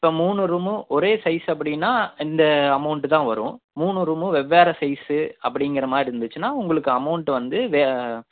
இப்போ மூணு ரூமும் ஒரே சைஸ் அப்படின்னா இந்த அமௌண்ட் தான் வரும் மூணு ரூமும் வெவ்வேறு சைஸ்சு அப்படிங்கிற மாதிரி இருந்துச்சின்னா உங்களுக்கு அமௌண்ட் வந்து